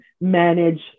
manage